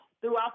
throughout